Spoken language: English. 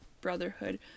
brotherhood